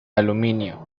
aluminio